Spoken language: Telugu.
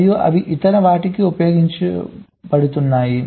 మరియు అవి ఇతర వాటికి ఉపయోగించబడుతున్నాయి